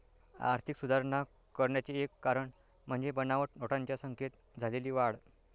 आर्थिक सुधारणा करण्याचे एक कारण म्हणजे बनावट नोटांच्या संख्येत झालेली वाढ